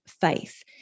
faith